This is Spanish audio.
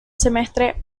semestre